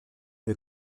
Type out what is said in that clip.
wir